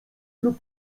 lub